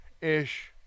ish